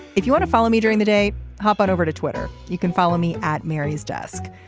if you want to follow me during the day hop on over to twitter. you can follow me at mary's desk.